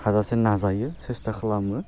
हाजासे नाजायो सेस्टा खालामो